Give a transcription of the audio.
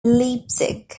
leipzig